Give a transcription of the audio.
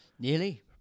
Nearly